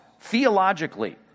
theologically